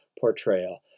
portrayal